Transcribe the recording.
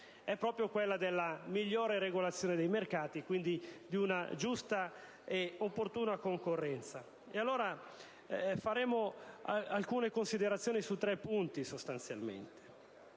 è proprio quella della migliore regolazione dei mercati e, quindi, di una giusta e opportuna concorrenza. Faremo allora alcune considerazioni, sostanzialmente